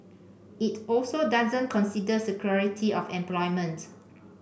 it also doesn't consider security of employment